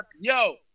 yo